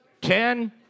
ten